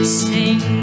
sing